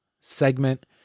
segment